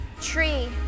Tree